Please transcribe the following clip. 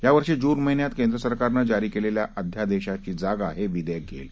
या वर्षी जून महिन्यात केंद्र सरकारनं जारी केलेल्या अध्यादेशाची जागा हे विधेयक घेईल